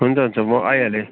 हुन्छ हुन्छ म आइहालेँ